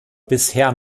bisher